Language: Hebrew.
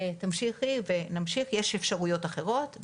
יש אפשרויות אחרות.